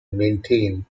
maintain